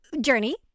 journey